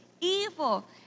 evil